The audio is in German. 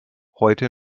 heute